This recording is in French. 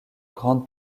grande